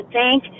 thank